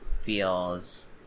feels